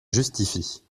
justifie